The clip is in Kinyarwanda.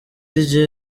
rye